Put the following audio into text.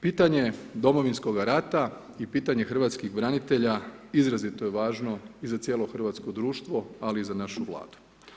Pitanje Domovinskoga rata i pitanje hrvatskih branitelja izrazito je važno i za cijelo hrvatsko društvo, ali i za našu vladu.